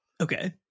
Okay